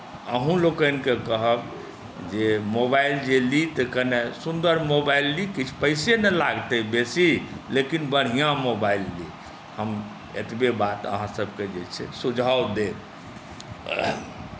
अहूँ लोकनिकेँ कहब जे मोबाइल जे ली तऽ कने सुन्दर मोबाइल ली किछु पैसे ने लागतै बेसी लेकिन बढ़िआँ मोबाइल ली हम एतबे बात अहाँसभके जे छै सुझाव देब